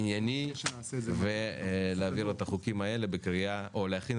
ענייני ולהכין את הצעות החוק האלה לקריאה